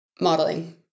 Modeling